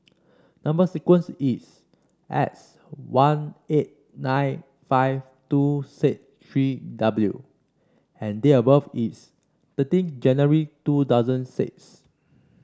number sequence is S one eight nine five two six three W and date of birth is thirteen January two thousand six